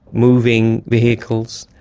moving vehicles,